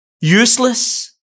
useless